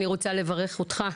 אני רוצה לברך אותך,